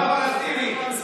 ומרוקו.